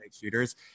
shooters